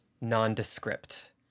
nondescript